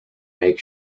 bake